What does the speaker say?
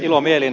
ilomielin